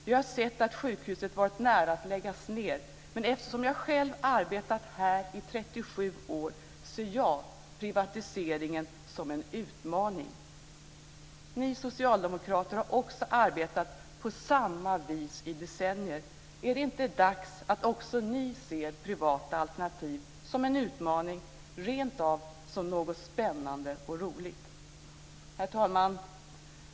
Vi har sett att sjukhuset varit nära att läggas ned, men eftersom jag själv arbetat här i 37 år ser jag privatiseringen som en utmaning. Ni socialdemokrater har också arbetat på samma vis i decennier. Är det inte dags att också ni ser privata alternativ som en utmaning, rent av som något spännande och roligt? Herr talman!